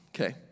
okay